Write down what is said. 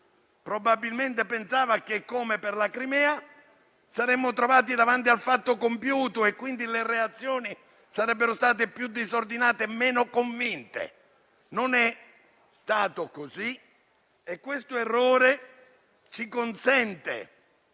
Probabilmente pensava che, come per la Crimea, ci saremmo trovati davanti al fatto compiuto e quindi le reazioni sarebbero state più disordinate e meno convinte. Non è stato così e questo errore ci consente,